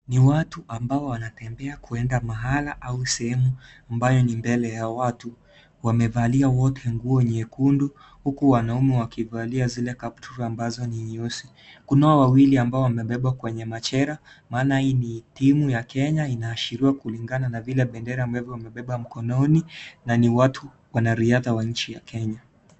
Ni watu ambao wanatembia kuenda mahala au sehemu ambayo ni mbele ya watu wamevalia wote nguo nyekundu, huku wanaume wakivalia zile kaptura ambazo nyeusi. Kunao wawili ambao wamebeba kwenye machera, maana hii ni timu ya Kenya, inaashiriwa kulingana na vile bendera ambapo wamebeba mkononi, na ni watu wanariadha wa nchi ya Kenya.